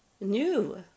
new